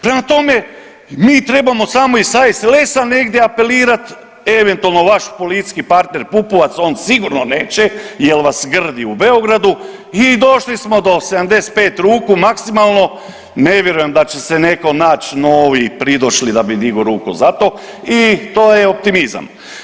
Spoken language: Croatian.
Prema tome, mi trebamo samo iz HSLS-a negdje apelirati, eventualno vaš koalicijski partner Pupovac, on sigurno neće jer vas grdi u Beogradu i došli smo do 75 ruku maksimalno, ne vjerujem da će se netko naći novi i pridošli da bi digao ruku za to i do je optimizam.